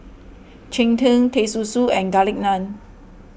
Cheng Tng Teh Susu and Garlic Naan